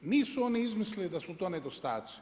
Nisu oni izmislili da su to nedostaci.